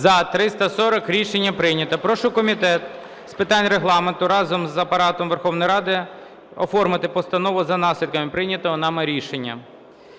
За-340 Рішення прийнято. Прошу Комітет з питань Регламенту разом з Апаратом Верховної Ради оформити постанову за наслідками прийнятого нами рішення.